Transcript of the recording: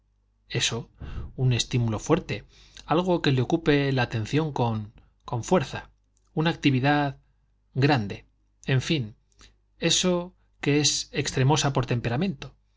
eso un estímulo fuerte algo que le ocupe la atención con fuerza una actividad grande en fin eso que es extremosa por temperamento